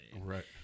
Right